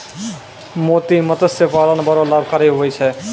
मोती मतस्य पालन बड़ो लाभकारी हुवै छै